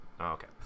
okay